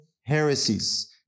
heresies